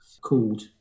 called